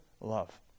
love